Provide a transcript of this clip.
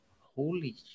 holy